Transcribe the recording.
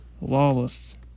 lawless